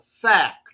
fact